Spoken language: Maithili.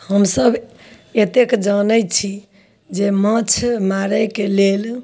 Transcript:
हमसब एतेक जानैत छी जे माँछ मारैके लेल